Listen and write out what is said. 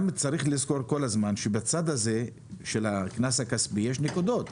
צריך גם לזכור שבצד הזה של הקנס הכספי יש נקודות.